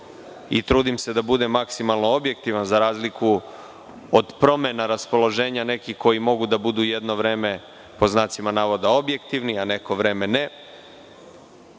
i trudim se da budem maksimalno objektivan, za razliku od promena raspoloženja nekih koji mogu da budu jedno vreme „objektivni“ a neko vreme ne,